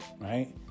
Right